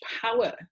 power